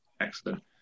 Excellent